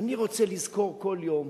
אני רוצה לזכור כל יום